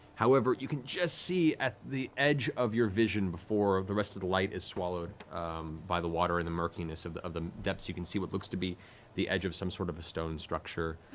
however, you can just see, at the edge of your vision before the rest of the light is swallowed by the water and the murkiness of the of the depths, you can see what looks to be the edge of some sort of stone structure,